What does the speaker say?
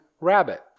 rabbit